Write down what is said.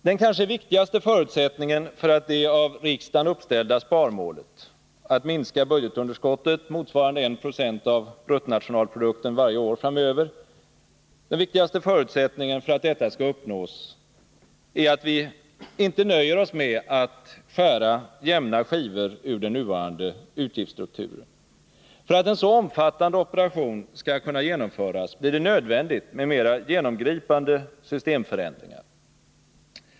Den kanske viktigaste förutsättningen för att det av riksdagen uppställda sparmålet — en minskning av budgetunderskottet motsvarande 190 av bruttonationalprodukten varje år framöver — skall uppnås är att vi inte nöjer oss med att skära jämna skivor ur den nuvarande utgiftsstrukturen. För att en så omfattande operation skall kunna genomföras blir det nödvändigt med mera genomgripande systemförändringar.